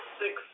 six